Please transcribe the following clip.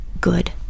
good